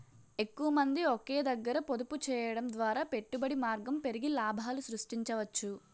ఎక్కువమంది ఒకే దగ్గర పొదుపు చేయడం ద్వారా పెట్టుబడి మార్గం పెరిగి లాభాలు సృష్టించవచ్చు